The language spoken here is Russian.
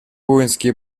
воинские